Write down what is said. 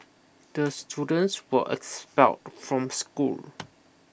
the students were expelled from school